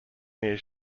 near